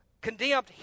condemned